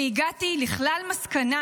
והגעתי לכלל מסקנה